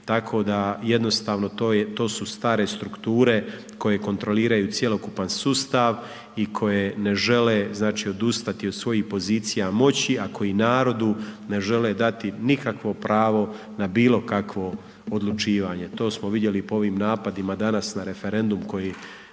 tako da jednostavno to su stare strukture koje kontroliraju cjelokupan sustav i koje ne žele znači odustati od svojih pozicija moći, a koji narodu ne žele dati nikakvo pravo na bilo kakvo odlučivanje. To smo vidjeli po ovim napadima danas na referendum koji,